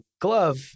glove